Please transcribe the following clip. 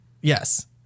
yes